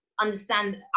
understand